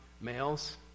males